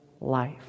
life